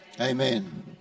amen